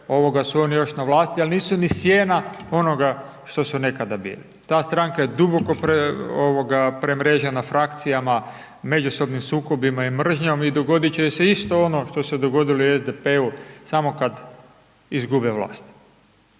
izbore su oni još na vlasti ali nisu ni sjena onoga što su nekada bili, ta stranka je duboko premrežena frakcijama, međusobnim sukobima i mržnjom i dogodit će joj se isto ono što se dogodilo i SDP-u, samo kad izgube vlast